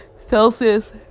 Celsius